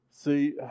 See